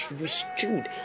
restored